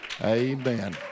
Amen